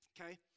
okay